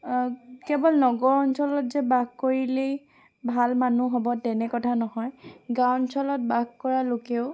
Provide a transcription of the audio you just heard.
কেৱল নগৰ অঞ্চলত যে বাস কৰিলেই ভাল মানুহ হ'ব তেনে কথা নহয় গাঁও অঞ্চলত বাস কৰা লোকেও